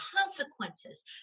consequences